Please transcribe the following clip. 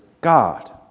God